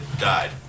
died